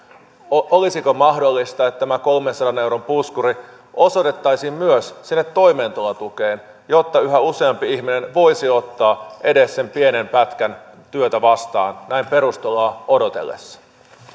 olisiko mahdollista että tämä kolmensadan euron puskuri osoitettaisiin myös sinne toimeentulotukeen jotta yhä useampi ihminen voisi ottaa edes sen pienen pätkän työtä vastaan näin perustuloa odotellessa ja